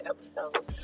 episode